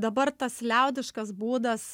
dabar tas liaudiškas būdas